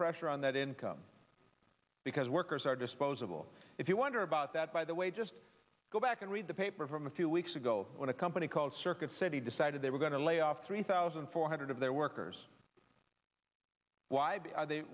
pressure on that income because workers are disposable if you wonder about that by the way just go back and read the paper from a few weeks ago when a company called circuit city decided they were going to lay off three thousand four hundred of their workers why